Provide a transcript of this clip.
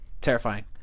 terrifying